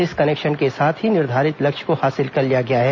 इस कनेक्शन के साथ ही निर्धारित लक्ष्य को हासिल कर लिया गया है